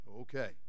Okay